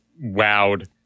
wowed